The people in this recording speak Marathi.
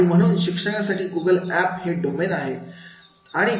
आणि म्हणून शिक्षणासाठी गूगल एप हे डोमेन आहे